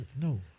no